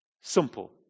Simple